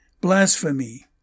blasphemy